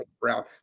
Brown